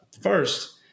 first